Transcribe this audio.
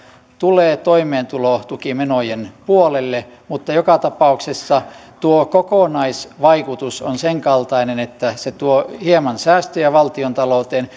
tulee toimeentulotukimenojen puolelle mutta joka tapauksessa tuo kokonaisvaikutus on senkaltainen että se tuo hieman säästöjä valtiontalouteen